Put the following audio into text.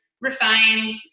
refined